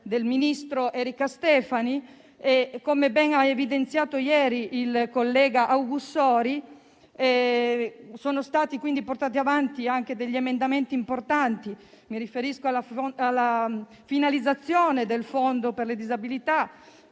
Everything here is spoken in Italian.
del ministro Erika Stefani, e, come ha ben evidenziato ieri il collega Augussori, sono stati portati avanti emendamenti importanti. Mi riferisco alla finalizzazione del fondo per le disabilità,